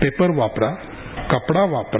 पापर वापरा कपडा वापर